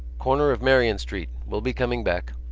corner of merrion street. we'll be coming back.